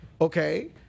Okay